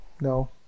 No